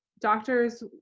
doctors